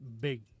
big